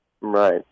Right